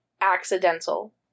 accidental